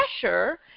pressure